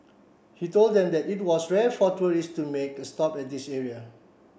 he told them that it was rare for tourists to make a stop at this area